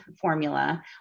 formula